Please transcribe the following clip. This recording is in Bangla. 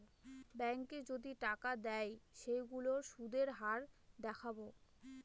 ব্যাঙ্কে যদি টাকা দেয় সেইগুলোর সুধের হার দেখাবো